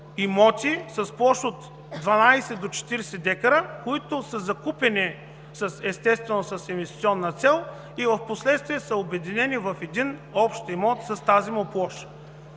имоти с площ от 12 до 40 декара. Те са закупени, естествено с инвестиционна цел, и впоследствие са обединени в един общ имот с тази му площ.